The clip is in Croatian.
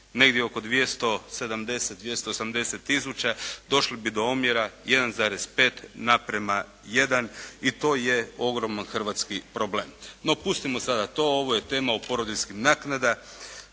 negdje oko 270, 280 tisuća došli bi do omjera 1,5:1 i to je ogroman hrvatski problem. No pustimo sada to. Ovo je tema o porodiljskim naknadama